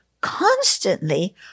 constantly